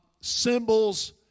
symbols